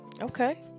okay